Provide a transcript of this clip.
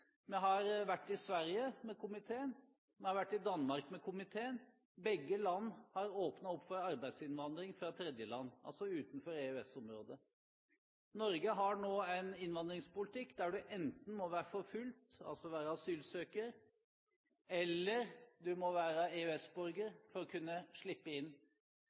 har vært i Sverige, og komiteen har vært i Danmark. Begge land har åpnet opp for arbeidsinnvandring fra tredjeland, altså land utenfor EØS-området. Norge har nå en innvandringspolitikk der du enten må være forfulgt – altså være asylsøker – eller du må være EØS-borger for å kunne slippe inn.